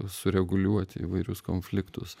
sureguliuoti įvairius konfliktus